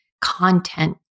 content